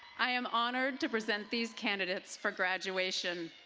i am honored to present these candidates for graduation.